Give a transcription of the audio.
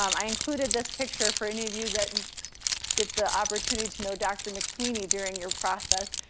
um i included this picture for any of you that get the opportunity to know doctor mcsweeney during your process.